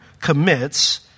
commits